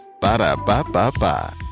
Ba-da-ba-ba-ba